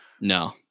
No